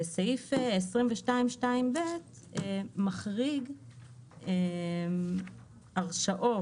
וסעיף 22(2ב) מחריג מההסדר את רכבת ישראל,